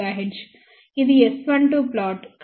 ఇది S12 plot